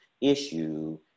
issue